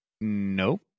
Nope